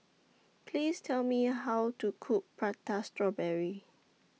Please Tell Me How to Cook Prata Strawberry